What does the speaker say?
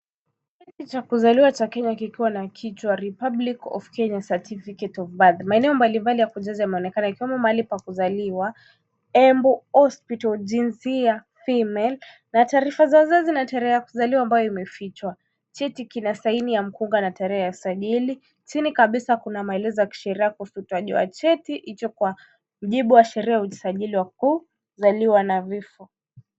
Cheti cha kuzaliwa cha Kenya kikiwa na kichwa republic of Kenya certificate of birth maneno mbali mbali yanaonekana kama mahali pa kuzaliwa Embu hospital jinsia female na taarifa zina tarehe ya kuzaliwa ambayo imefichwa. Cheti kina saini ya mkunga na tarehe ya usajili. Chini kabisa kuna maelezo ya kisheria kuhusu utoaji wa cheti hicho kwa mjibu wa sheria ya usajili mkuu wa kuzaliwa na vifo.